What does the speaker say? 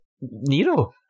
Nero